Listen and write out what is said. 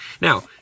Now